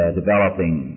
developing